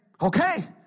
Okay